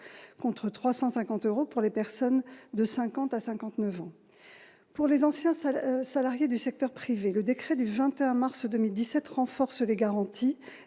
contre 350 euros pour les personnes de 50 à 59 ans, pour les anciens, salarié du secteur privé, le décret du 21 mars 2017 renforce les garanties